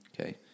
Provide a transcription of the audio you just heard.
okay